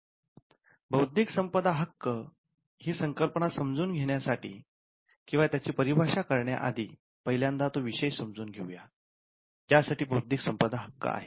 'बौद्धिक संपदा हक्क ' ही संकल्पना समजून घेण्यासाठी किंवा त्याची परिभाषा करण्या आधी पहिल्यांदा तो विषय समजून घेऊया ज्या साठी बौद्धिक संपदा हक्क आहे